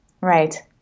Right